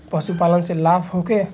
पशु पालन से लाभ होखे?